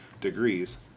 degrees